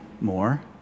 more